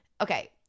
okay